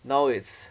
now it's